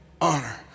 honor